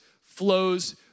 flows